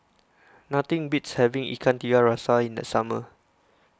nothing beats having Ikan Tiga Rasa in the summer